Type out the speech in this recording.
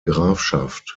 grafschaft